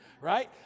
Right